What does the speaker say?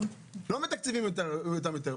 לא מתקצבים אותם יותר.